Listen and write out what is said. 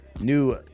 new